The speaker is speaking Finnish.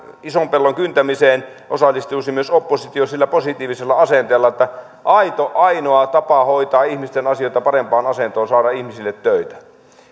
ison pellon kyntämiseen osallistuisi myös oppositio sillä positiivisella asenteella että aito ainoa tapa hoitaa ihmisten asioita parempaan asentoon on saada ihmisille töitä